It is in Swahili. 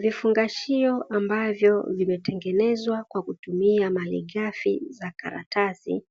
Vifungashio ambavyo vimetengenezwa kwa kutumia malighafi za karatasi,